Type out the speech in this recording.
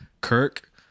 kirk